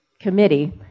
committee